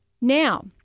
Now